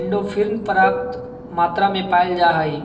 endorphin पर्याप्त मात्रा में पाल जा हइ